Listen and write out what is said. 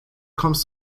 kommst